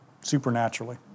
supernaturally